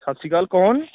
ਸਤਿ ਸ਼੍ਰੀ ਅਕਾਲ ਕੌਣ